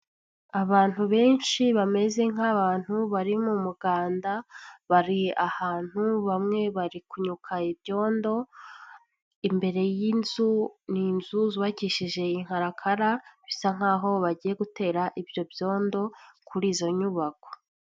Abantu benshi bameze nk'abantu bari mu muganda, bari ahantu bamwe bari kunyuka ibyondo, imbere y'inzu ni inzu zubakishije inkarakara ,bisa nkaho bagiye gutera ibyo byondo kuri izo nyubako.